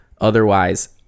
otherwise